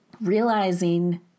realizing